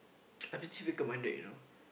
I'm still fickle minded you know